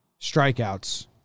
strikeouts